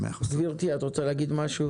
גברתי את רוצה להגיד משהו?